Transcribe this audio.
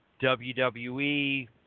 WWE